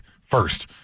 first